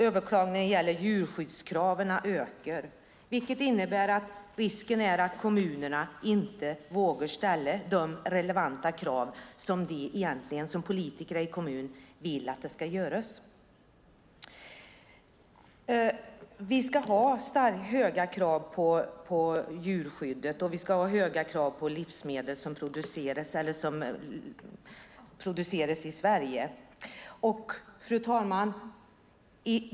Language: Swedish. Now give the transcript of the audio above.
Överklagandena gällande djurskyddskraven ökar, vilket innebär att risken är att kommunerna inte vågar ställa de relevanta krav som de som politiker i en kommun egentligen vill göra. Vi ska ha höga krav på djurskyddet, och vi ska ha höga krav på livsmedel som produceras i Sverige. Fru talman!